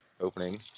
opening